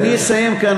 אני אסיים כאן,